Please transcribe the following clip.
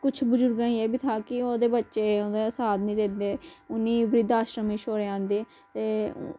कुछ बुजुर्गे यह भी था कि औह्दे बच्चें औह्दा साथ नेईं दिंदे उनेई वृद्ध आश्रमे गी छोड़ी आइंदे